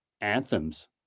anthems